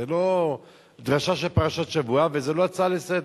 זה לא דרשה של פרשת השבוע, וזה לא הצעה לסדר-היום.